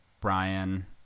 Brian